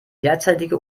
derzeitige